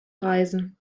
reisen